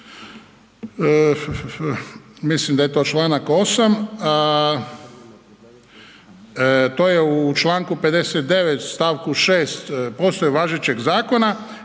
mislim da je to članak 8., to je u članku 59. stavku 6. postaje važećeg zakona